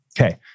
Okay